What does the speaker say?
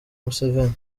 museveni